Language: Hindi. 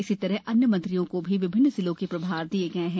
इसीतरह अन्य मंत्रियों को भी विभिन्न जिलों के प्रभार दिए गए है